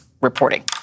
reporting